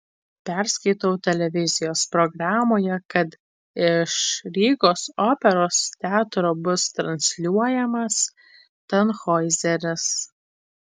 perskaitau televizijos programoje kad iš rygos operos teatro bus transliuojamas tanhoizeris